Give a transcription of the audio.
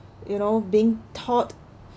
you know being taught